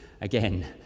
again